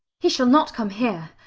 he shall not come here.